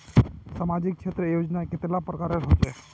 सामाजिक क्षेत्र योजनाएँ कतेला प्रकारेर होचे?